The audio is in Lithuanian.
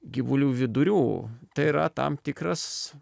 gyvulių vidurių tai yra tam tikras